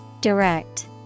Direct